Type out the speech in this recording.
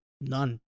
none